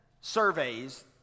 surveys